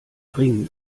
ring